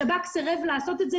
השב"כ סירב לעשות את זה,